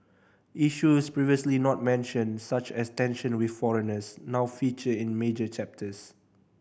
issues previously not mentioned such as tension with foreigners now feature in major chapters